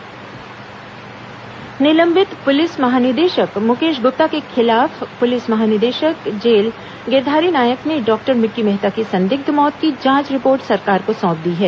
मुकेश ग्प्ता मिक्की मेहता निलंबित पुलिस महानिदेशक मुकेश गुप्ता के खिलाफ पुलिस महानिदेशक जेल गिरधारी नायक ने डॉक्टर मिक्की मेहता की संदिग्ध मौत की जांच रिपोर्ट सरकार को सौंप दी है